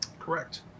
Correct